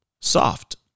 soft